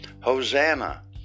Hosanna